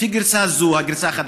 לפי הגרסה החדשה,